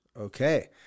Okay